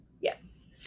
Yes